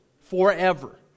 forever